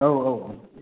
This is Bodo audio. औ औ